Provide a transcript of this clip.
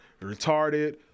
retarded